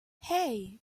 hey